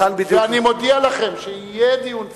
לכאן בדיוק, אני מודיע לכם שיהיה דיון ציבורי.